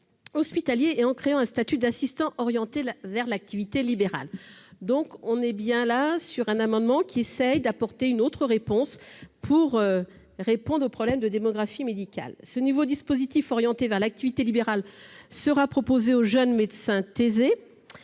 hospitalier et en créant un statut d'assistant orienté vers l'activité libérale. Nous essayons d'apporter une autre réponse pour résoudre les problèmes de démographie médicale. Ce nouveau dispositif orienté vers l'activité libérale serait proposé aux jeunes médecins thésés,